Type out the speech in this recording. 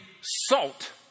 salt